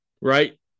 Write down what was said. Right